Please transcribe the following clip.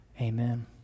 Amen